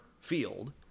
Field